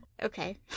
okay